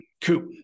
Coop